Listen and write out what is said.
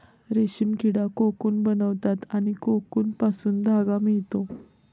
रेशीम किडा कोकून बनवतात आणि कोकूनपासून धागा मिळतो